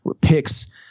picks